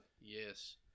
Yes